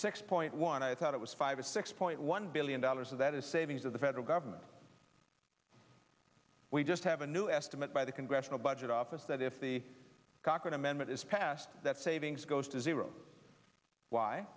six point one i thought it was five six point one billion dollars of that is savings of the federal government we just have a new estimate by the congressional budget office that if the cochran amendment is passed that savings goes to zero why